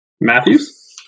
Matthews